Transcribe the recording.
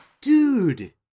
Dude